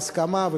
בהסכמה,